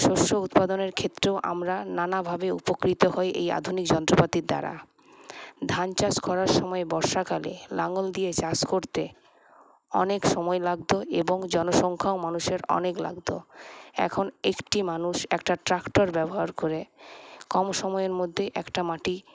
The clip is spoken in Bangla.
শস্য উৎপাদনের ক্ষেত্রেও আমরা নানাভাবে উপকৃত হই এই আধুনিক যন্ত্রপাতির দ্বারা ধান চাষ করার সময় বর্ষাকালে লাঙ্গল দিয়ে চাষ করতে অনেক সময় লাগতো এবং জনসংখ্যাও মানুষের অনেক লাগতো এখন একটি মানুষ একটা ট্রাক্টর ব্যবহার করে কম সময়ের মধ্যে একটা মাটি